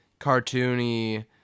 cartoony